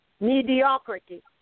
mediocrity